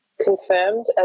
confirmed